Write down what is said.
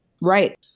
right